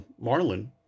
Marlin